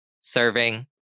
serving